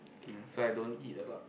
ya so I don't eat a lot